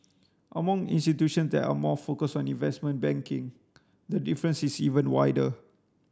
among institutions that are more focused on investment banking the difference is even wider